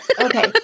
Okay